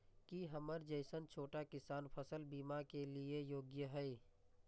की हमर जैसन छोटा किसान फसल बीमा के लिये योग्य हय?